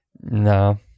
no